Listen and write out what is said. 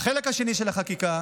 החלק השני של החקיקה,